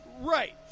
Right